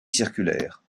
circulaire